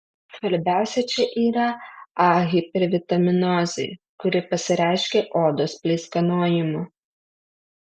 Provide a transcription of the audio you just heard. svarbiausia čia yra a hipervitaminozė kuri pasireiškia odos pleiskanojimu